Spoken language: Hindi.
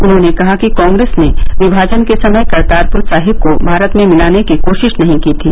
उन्होंने कहा कि कांग्रेस ने विभाजन के समय करतारपुर साहेब को भारत में मिलाने की कोशिश नहीं की थी